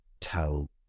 tell